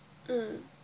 mm